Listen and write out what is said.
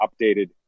updated